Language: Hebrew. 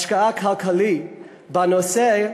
השקעה כלכלית בנושא,